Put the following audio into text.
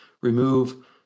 remove